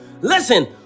Listen